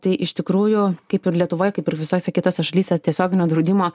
tai iš tikrųjų kaip ir lietuvoj kaip ir visose kitose šalyse tiesioginio draudimo